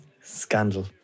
scandal